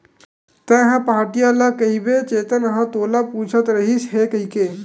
तेंहा पहाटिया ल कहिबे चेतन ह तोला पूछत रहिस हे कहिके